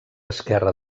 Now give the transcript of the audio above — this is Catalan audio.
esquerra